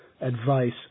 advice